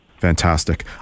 Fantastic